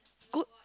good